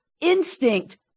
instinct